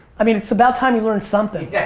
i mean it's about time you learned something.